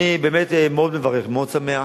אני באמת מאוד מברך, מאוד שמח,